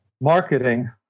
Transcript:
marketing